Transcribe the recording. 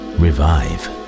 revive